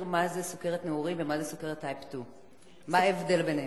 מה זה סוכרת נעורים ומה זה סוכרת type 2. מה ההבדל ביניהן?